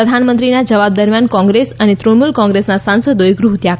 પ્રધાનમંત્રીના જવાબ દરમિયાન કોંગ્રેસ અને તૃણમૂલ કોંગ્રેસના સાંસદોએ ગૃહત્યાગ કર્યો હતો